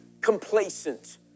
complacent